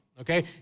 okay